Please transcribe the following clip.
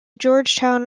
georgetown